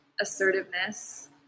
assertiveness